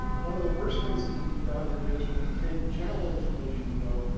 one of the worst things that can be done is when you take general information you know,